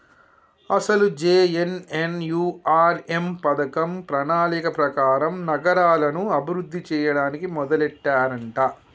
అసలు జె.ఎన్.ఎన్.యు.ఆర్.ఎం పథకం ప్రణాళిక ప్రకారం నగరాలను అభివృద్ధి చేయడానికి మొదలెట్టారంట